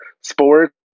sports